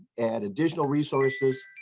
and additional resources.